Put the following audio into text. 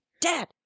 Dad